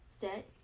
set